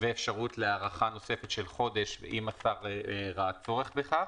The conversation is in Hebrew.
ואפשרות להארכה נוספת של חודש אם השר ראה צורך בכך.